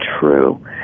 true